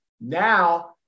now